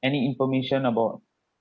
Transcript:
any information about